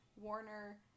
Warner